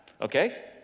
Okay